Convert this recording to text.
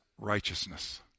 righteousness